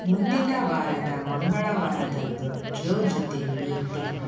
ಮುಂದಿನ ವಾರದ ಮಂಗಳವಾರದಂದು ಜೋ ಜೊತೆ ಮೀಟಿಂಗ್